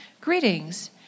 Greetings